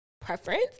preference